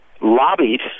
lobbied